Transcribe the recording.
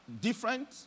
different